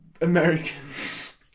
Americans